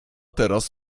teraz